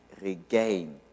regain